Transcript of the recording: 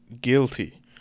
guilty